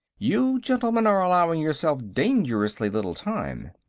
you gentlemen are allowing yourselves dangerously little time.